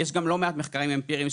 יש גם לא מעט מחקרים אמפיריים,